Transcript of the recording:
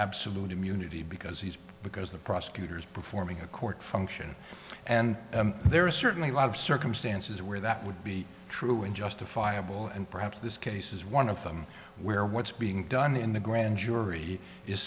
absolute immunity because he's because the prosecutor is performing a court function and there are certainly a lot of circumstances where that would be true and justifiable and perhaps this case is one of them where what's being done in the grand jury is